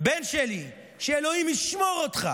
בן שלי, שאלוהים ישמור אותך.